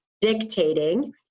dictating